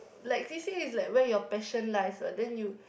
like C_C_A is like where your passion lies what then you